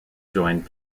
joined